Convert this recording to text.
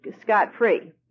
scot-free